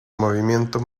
movimiento